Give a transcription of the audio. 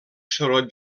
soroll